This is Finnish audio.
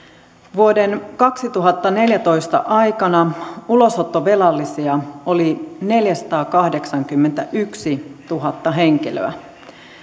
vuoden kaksituhattaneljätoista aikana ulosottovelallisia oli neljäsataakahdeksankymmentätuhatta henkilöä